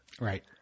right